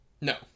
No